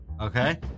Okay